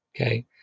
Okay